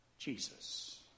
Jesus